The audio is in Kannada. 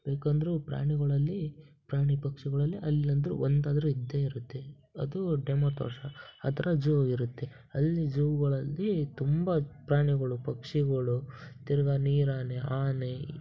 ಬೇಕಂದ್ರೋ ಪ್ರಾಣಿಗಳಲ್ಲಿ ಪ್ರಾಣಿ ಪಕ್ಷಿಗಳಲ್ಲಿ ಅಲ್ಲಂದ್ರೂ ಒಂದಾದ್ರೂ ಇದ್ದೇ ಇರುತ್ತೆ ಅದು ಡೆಮೊ ತೋರ್ಸೋ ಅದ್ರ ಝೂ ಇರುತ್ತೆ ಅಲ್ಲಿ ಝೂಗಳಲ್ಲಿ ತುಂಬ ಪ್ರಾಣಿಗಳು ಪಕ್ಷಿಗಳು ತಿರ್ಗಾ ನೀರಾನೆ ಆನೆ